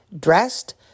dressed